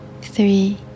three